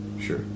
Sure